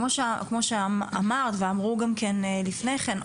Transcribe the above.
כמו שאמרת ואמרו גם כן לפני כן,